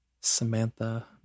Samantha